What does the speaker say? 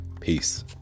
peace